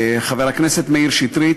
חבר הכנסת מאיר שטרית,